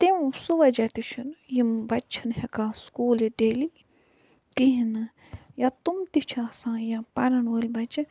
تِم سُہ وَجہ تہِ چھُ یِم بَچہِ چھِنہٕ ہیٚکان سکوٗل یِتھ ڈیلی کِہیٖنۍ نہٕ یا تِم تہِ چھِ آسان یا پَرَن وٲلۍ بَچہِ